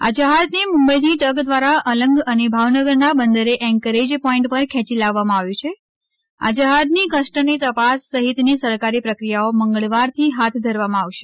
આ જહાજને મુંબઈથી ટગ દ્વારા અલંગ અને ભાવનગરના બંદરે એન્કરેજ પોઇન્ટ પર ખેંચી લાવવામાં આવ્યું છે આ જહાજની કસ્ટમની તપાસ સહિતની સરકારી પ્રક્રિયાઓ મંગળવારથી હાથ ધરવામાં આવશે